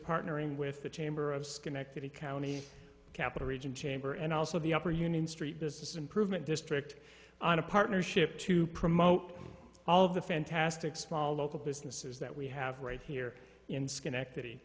partnering with the chamber of schenectady county capital region chamber and also the upper union street business improvement district on a partnership to promote all of the fantastic small local businesses that we have right here in schenectady